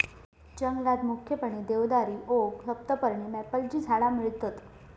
जंगलात मुख्यपणे देवदारी, ओक, सप्तपर्णी, मॅपलची झाडा मिळतत